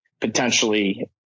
potentially